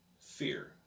fear